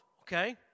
okay